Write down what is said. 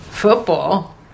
Football